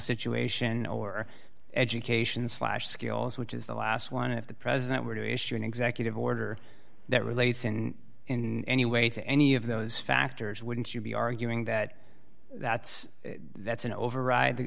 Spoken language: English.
situation or education slash skills which is the last one if the president were to issue an executive order that relates in in any way to any of those factors wouldn't you be arguing that that's that's an override